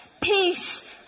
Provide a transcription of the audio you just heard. peace